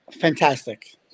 Fantastic